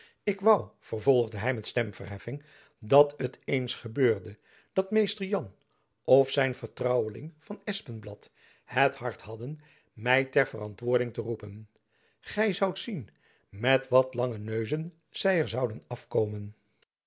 ik woû vervolgde hy met stemverheffing dat het eens gebeurde dat mr jan of zijn vertrouweling van espenblad het hart hadden my ter verantwoording te roepen gy zoudt zien met wat lange neuzen zy er zouden afkomen